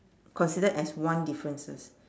considered as one differences